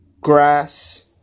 Grass